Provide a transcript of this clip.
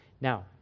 Now